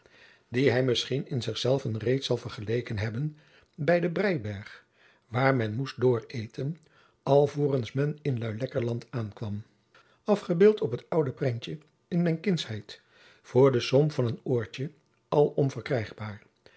die hij misschien in zich zelven reeds zal vergeleken hebben bij den brijberg waar men moest dooreten alvorens men in luilekkerland aankwam afgebeeld op het oude prentje in mijne kindschheid voor de som van een oortje alom verkrijgbaar